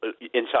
inside